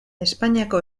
espainiako